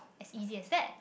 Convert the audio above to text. as easy as that